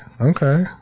Okay